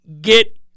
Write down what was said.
get